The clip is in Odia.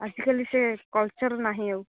ଆଜିକାଲି ସେ କଲଚର୍ ନାହିଁ ଆଉ